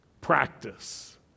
Practice